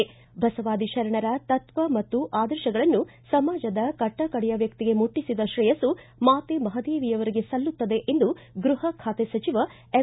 ಬಸವಾದಿ ಶರಣರ ತತ್ವ ಮತ್ತು ಆದರ್ಶಗಳನ್ನು ಸಮಾಜದ ಕಟ್ಟಕಡೆಯ ವ್ಯಕ್ತಿಗೆ ಮುಟ್ಟಿಸಿದ ಕ್ರೇಯಸ್ಲು ಮಾತೆ ಮಹಾದೇವಿಯವರಿಗೆ ಸಲ್ಲುತ್ತದೆ ಎಂದು ಗೃಹ ಖಾತೆ ಸಚಿವ ಎಂ